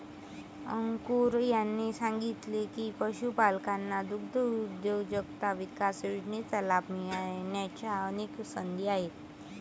अंकुर यांनी सांगितले की, पशुपालकांना दुग्धउद्योजकता विकास योजनेचा लाभ मिळण्याच्या अनेक संधी आहेत